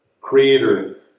creator